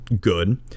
good